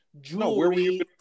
jewelry